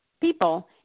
people